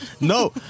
No